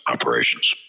operations